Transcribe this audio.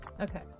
Okay